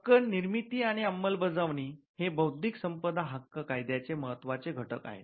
हक्क निर्मिती आणि अंमलबजावणी हे बौद्धिक संपदा हक्क कायद्याचे महत्वाचे घटक आहेत